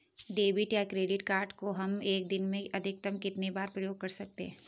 Debit या credit card को हम एक दिन में अधिकतम कितनी बार प्रयोग कर सकते हैं?